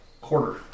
Quarter